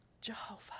Jehovah